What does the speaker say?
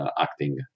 acting